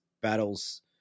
battles